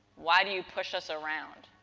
why do you push us around?